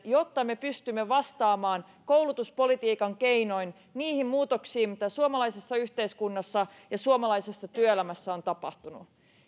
jotta me pystymme vastaamaan koulutuspolitiikan keinoin niihin muutoksiin mitä suomalaisessa yhteiskunnassa ja suomalaisessa työelämässä on tapahtunut